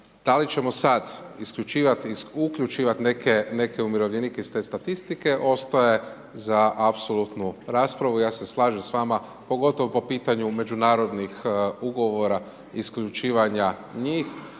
da li ćemo sad isključivati, uključivati neke umirovljenike iz te statistike, ostaje za apsolutnu raspravu, ja se slažem s vama pogotovo po pitanju međunarodnih ugovora isključivanja njih.